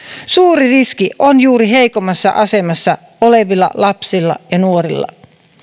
suuri riski on juuri heikommassa asemassa olevilla lapsilla ja nuorilla